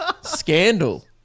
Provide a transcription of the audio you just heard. Scandal